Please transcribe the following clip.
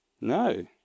No